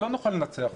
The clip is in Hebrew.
לא נוכל לנצח אותה.